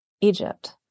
Egypt